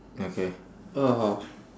okay